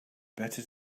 better